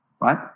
right